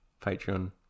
Patreon